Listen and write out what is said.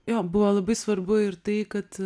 jo buvo labai svarbu ir tai kad